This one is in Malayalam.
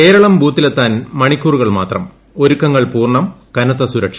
കേരളം ബൂത്തിലെത്താൻു മണിക്കൂറുകൾ മാത്രം ഒരുക്കങ്ങൾ പൂർണ്ണ്ടു ക്യന്ത്ത സുരക്ഷ